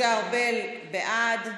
משה ארבל, בעד,